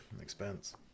expense